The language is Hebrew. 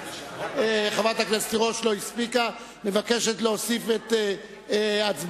חברת הכנסת תירוש לא הספיקה להצביע ומבקשת להוסיף את הצבעתה.